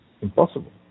impossible